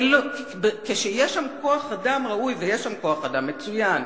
יש שם כוח-אדם מצוין,